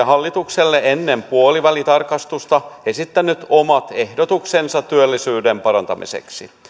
hallitukselle ennen puolivälitarkastusta esittänyt omat ehdotuksensa työllisyyden parantamiseksi